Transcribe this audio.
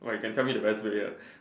!wah! you can tell me the best way ah